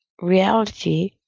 reality